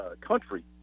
country